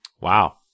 Wow